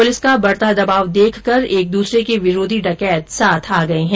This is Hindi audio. पुलिस का बढता दबाव देखकर एक दूसरे के विरोधी डकैंत साथ आ गये है